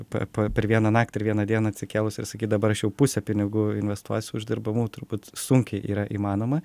papa per vieną naktį ar vieną dieną atsikėlus ir sakyt dabar aš jau pusę pinigų investuosi uždirbamų turbūt sunkiai yra įmanoma